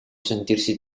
sentirsi